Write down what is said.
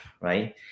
right